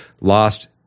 lost